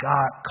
God